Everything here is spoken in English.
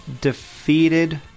defeated